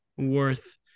worth